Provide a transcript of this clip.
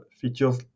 features